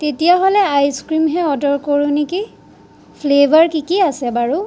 তেতিয়াহ'লে আইচক্ৰিমহে অৰ্ডাৰ কৰোঁ নেকি